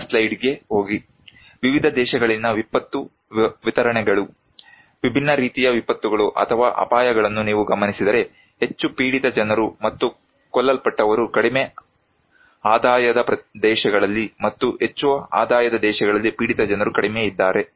ಮುಂದಿನ ಸ್ಲೈಡ್ಗೆ ಹೋಗಿ ವಿವಿಧ ದೇಶಗಳಲ್ಲಿನ ವಿಪತ್ತು ವಿತರಣೆಗಳು ವಿಭಿನ್ನ ರೀತಿಯ ವಿಪತ್ತುಗಳು ಅಥವಾ ಅಪಾಯಗಳನ್ನು ನೀವು ಗಮನಿಸಿದರೆ ಹೆಚ್ಚು ಪೀಡಿತ ಜನರು ಮತ್ತು ಕೊಲ್ಲಲ್ಪಟ್ಟವರು ಕಡಿಮೆ ಆದಾಯದ ದೇಶಗಳಲ್ಲಿ ಮತ್ತು ಹೆಚ್ಚು ಆದಾಯದ ದೇಶಗಳಲ್ಲಿ ಪೀಡಿತ ಜನರು ಕಡಿಮೆ ಇದ್ದಾರೆ